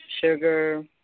sugar